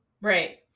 Right